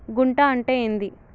గుంట అంటే ఏంది?